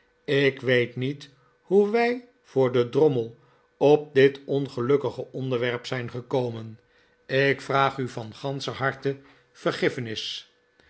ik weet niet hoe wij voor den drommel op dit ongelukkige onderwerp zijn gekomen ik vraag u van ganscher harte vergiffenis